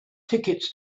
tickets